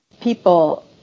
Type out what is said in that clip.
people